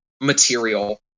material